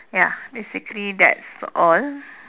ya basically that's all